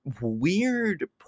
weird